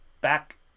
back